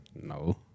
No